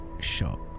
shot